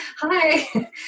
hi